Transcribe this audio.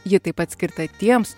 ji taip pat skirta tiems